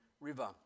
River